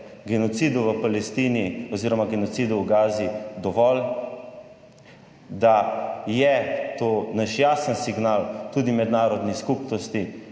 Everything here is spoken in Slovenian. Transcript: genocidov v Palestini oziroma genocidov v Gazi dovolj, da je to naš jasen signal tudi mednarodni skupnosti,